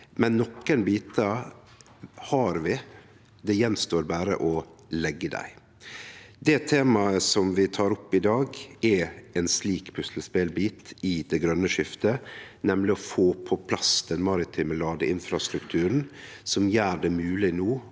Men nokre bitar har vi, det står berre att å leggje dei. Det temaet som vi tek opp i dag, er ein slik puslespelbit i det grøne skiftet, nemleg å få på plass den maritime ladeinfrastrukturen som gjer det mogleg i